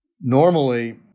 normally